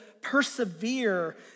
persevere